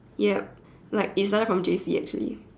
yup like it started from J_C actually